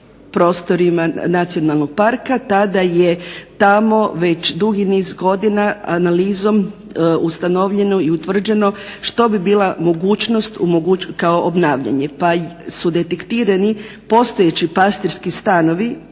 prostorima nacionalnog parka tada je tamo već dugi niz godina analizom ustanovljeno i utvrđeno što bi bila mogućnost kao obnavljanje. Pa su detektirani postojeći pastirski stanovi